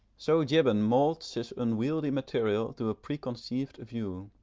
so gibbon moulds his unwieldy material to a preconceived view.